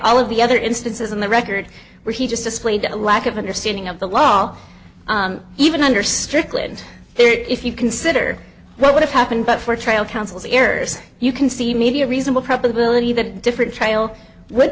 all of the other instances in the record where he just displayed a lack of understanding of the law even under strickland there if you consider what would have happened but for trial counsel's errors you can see media reasonable probability that different trial would